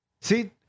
See